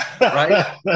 right